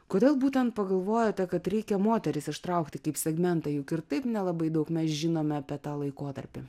kodėl būtent pagalvojote kad reikia moteris ištraukti kaip segmentą juk ir taip nelabai daug mes žinome apie tą laikotarpį